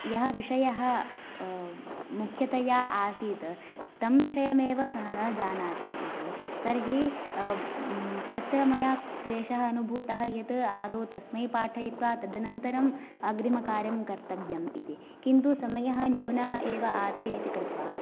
यः विषयः मुख्यतया आसीत् तं विषयमेव सः न जानाति इति तर्हि तत्र मया क्लेषः अनुभूतः यत् आदौ तस्मै पाठयित्वा तदन्तरम् अग्रिमकार्यं कर्तव्यम् इति किन्तु समयः न्यूनः एव आसीदिति कृत्वा